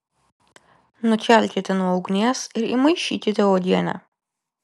nukelkite nuo ugnies ir įmaišykite uogienę